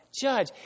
judge